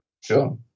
sure